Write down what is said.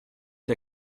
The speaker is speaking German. der